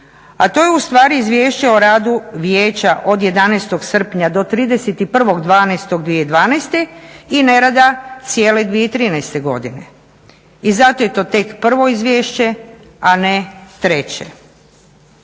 a to je ustvari Izvješće o radu vijeća od 11. srpnja do 31.12.2012. i nerada cijele 2013. godine. I zato je to tek prvo izvješće, a ne treće.